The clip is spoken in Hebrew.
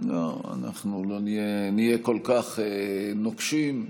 אנחנו לא נהיה כל כך נוקשים.